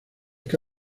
que